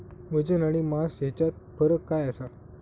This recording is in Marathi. वजन आणि मास हेच्यात फरक काय आसा?